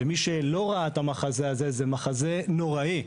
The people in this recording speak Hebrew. ומי שלא ראה המחזה הזה, זה מחזה נוראי.